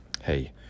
Hey